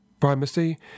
Primacy